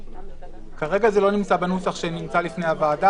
כרגע זה לא נמצא בנוסח שנמצא לפני הוועדה.